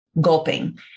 gulping